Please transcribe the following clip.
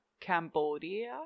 Cambodia